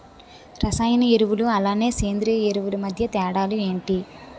రసాయన ఎరువులు అలానే సేంద్రీయ ఎరువులు మధ్య తేడాలు ఏంటి?